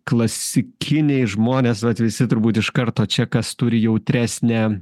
klasikiniai žmonės vat visi turbūt iš karto čia kas turi jautresnę